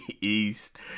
east